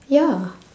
ya